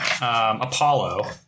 Apollo